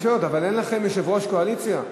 אבל אין לכם יושב-ראש קואליציה?